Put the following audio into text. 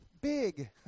big